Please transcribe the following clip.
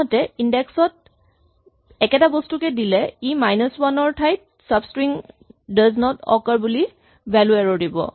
আনহাতে ইনডেক্স ত একেটা বস্তুকে দিলে ই মাইনাচ ৱান ৰ ঠাইত চাবস্ট্ৰিং ডজ নট অকাৰ বুলি কৈ ভ্যেলু এৰ'ৰ দিব